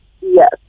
Yes